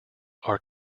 are